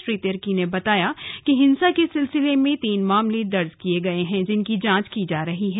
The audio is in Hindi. श्री तिर्की ने बताया कि हिंसा के सिलसिले में तीन मामले दर्ज किए गए हैं जिनकी जांच की जा रही है